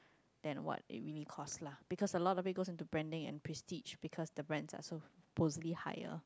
then what we need to cost lah because a lot of it goes in branding and pre stitch because the brands are supposedly higher